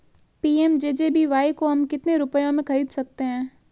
PMJJBY को हम कितने रुपयों में खरीद सकते हैं?